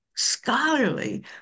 Scholarly